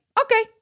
okay